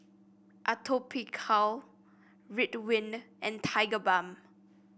Atopiclair Ridwind and Tigerbalm